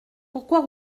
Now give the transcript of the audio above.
pourquoi